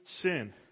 sin